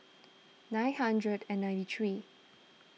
nine hundred and ninety three